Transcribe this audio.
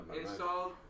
installed